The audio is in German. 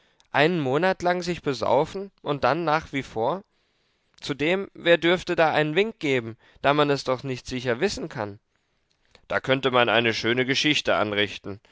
einen monat lang sich besaufen und dann nach wie vor zudem wer dürfte da einen wink geben da man es doch nicht sicher wissen kann da könnte man eine schöne geschichte anrichten